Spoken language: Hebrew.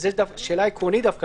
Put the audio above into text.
וזו שאלה עקרונית דווקא,